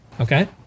Okay